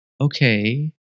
okay